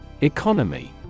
economy